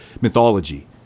mythology